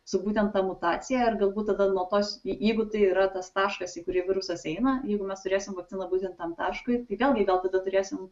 su būtent ta mutacija ar galbūt tada nuo tos jeigu tai yra tas taškas į kurį virusas eina jeigu mes turėsim vakciną būtent tam taškui tai galgi gal tada turėsim